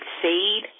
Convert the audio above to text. succeed